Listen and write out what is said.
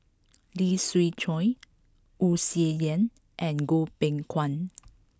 Lee Siew Choh Wu Tsai Yen and Goh Beng Kwan